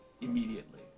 immediately